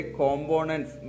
components